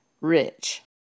rich